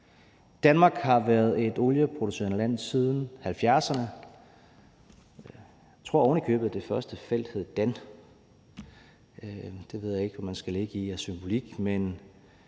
Danmark har været et olieproducerende land siden 70'erne. Jeg tror ovenikøbet, at det første felt hed Dan. Det ved jeg ikke hvad man skal lægge i af symbolik, men